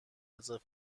رزرو